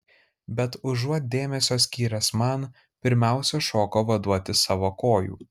bet užuot dėmesio skyręs man pirmiausia šoko vaduoti savo kojų